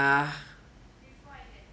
uh